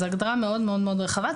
זו הגדרה מאוד מאוד רחבה.